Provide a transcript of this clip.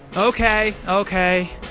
ok! ok.